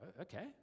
okay